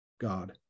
God